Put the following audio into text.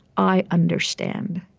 i understand.